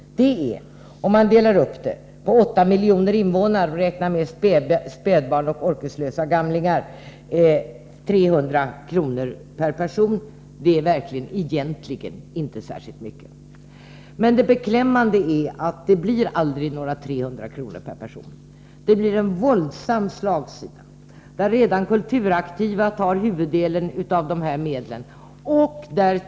Om man delar upp det beloppet på 8 miljoner invånare, spädbarn och orkeslösa gamlingar inräknade, blir det 300 kr. per person. Det är verkligen inte särskilt mycket. Det beklämmande är emellertid att det aldrig blir några 300 kr. per person. Det blir en våldsam slagsida. Redan aktiva på kulturområdet tar huvuddelen av medlen i anspråk.